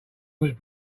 was